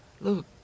Look